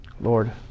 Lord